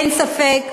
אין ספק,